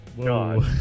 God